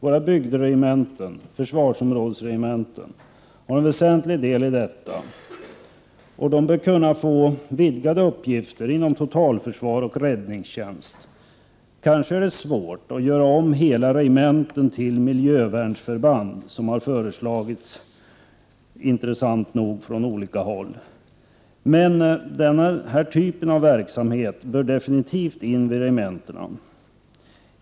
Våra bygderegementen, försvarsområdesregementena, har en väsentlig del i detta, och de bör kunna få vidgade uppgifter inom totalförsvar och räddningstjänst. Kanske är det svårt att göra om hela regementen till miljövärnsförband, som har föreslagits — intressant nog från olika håll — men den typen av verksamhet bör definitivt in vid regementena.